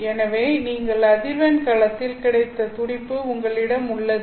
எனவே நீங்கள் அதிர்வெண் களத்தில் கிடைத்த துடிப்பு உங்களிடம் உள்ளது